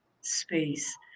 space